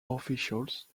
officials